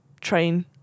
train